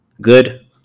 Good